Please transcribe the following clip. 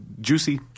Juicy